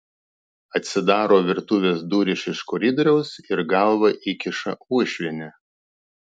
atsidaro virtuvės durys iš koridoriaus ir galvą įkiša uošvienė